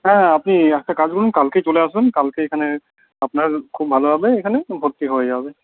হ্যাঁ আপনি একটা কাজ করুন কালকে চলে আসুন কালকে এখানে আপনার খুব ভালো হবে এখানে ভর্তি হয়ে যাবে